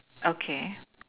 okay